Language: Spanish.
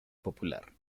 popular